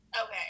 okay